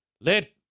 let